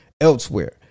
elsewhere